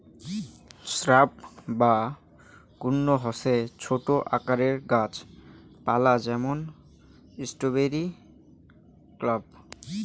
shrub বা গুল্ম হসে ছোট আকারের গাছ পালা যেমন স্ট্রবেরি স্রাব